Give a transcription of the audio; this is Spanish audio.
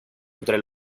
entre